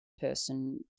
person